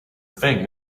thing